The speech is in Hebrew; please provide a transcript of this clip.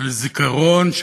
של זיכרון,